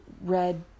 red